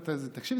תקשיב,